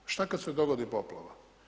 šta kada se dogodi poplava?